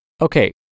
Okay